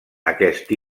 aquest